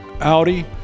Audi